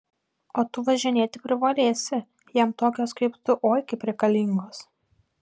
o tu važinėti privalėsi jam tokios kaip tu oi kaip reikalingos